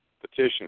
petition